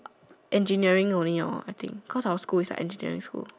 engineering only lor I think cause our school is like engineering school